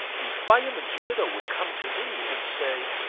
the fireman's widow would come to me and say,